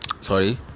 Sorry